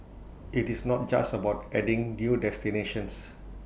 IT is not just about adding new destinations